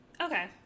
Okay